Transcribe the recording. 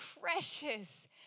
precious